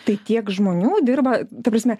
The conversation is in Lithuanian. tai tiek žmonių dirba ta prasme